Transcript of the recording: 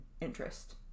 interest